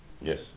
Yes